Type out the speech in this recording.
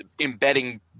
embedding